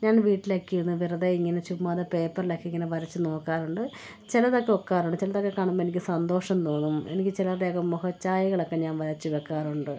ഞാൻ വീട്ടിലൊക്കെ ഇരുന്ന് വെറുതെ ഇങ്ങനെ ചുമ്മാതെ പേപ്പറിലൊക്കെ ഇങ്ങനെ വരച്ച് നോക്കാറുണ്ട് ചിലതൊക്കെ ഒക്കാറുണ്ട് ചിലതൊക്കെ കാണുമ്പോൾ എനിക്ക് സന്തോഷം തോന്നും എനിക്ക് ചി ലവരുടെയൊക്കെ മുഖഛായകളൊക്കെ ഞാൻ വരച്ച് വെക്കാറുണ്ട്